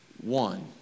one